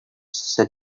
said